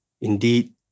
Indeed